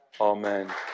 Amen